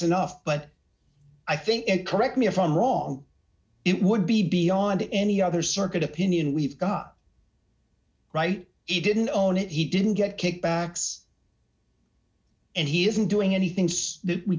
enough but i think it correct me if i'm wrong it would be beyond any other circuit opinion we've got right he didn't own it he didn't get kickbacks and he isn't doing